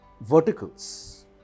verticals